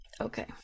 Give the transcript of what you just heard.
Okay